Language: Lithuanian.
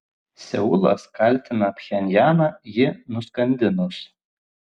seulas kaltina pchenjaną jį nuskandinus